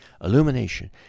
illumination